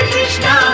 Krishna